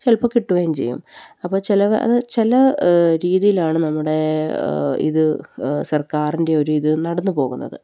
ചിലപ്പോള് കിട്ടുകയും ചെയ്യും അപ്പോള് അത് ചില രീതിയിലാണ് നമ്മുടെ ഇത് സർക്കാരിൻ്റെ ഒരിത് നടന്നുപോകുന്നത്